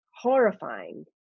horrifying